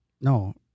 No